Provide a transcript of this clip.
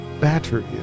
battery